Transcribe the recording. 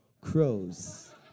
crows